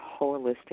holistic